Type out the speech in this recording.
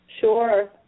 Sure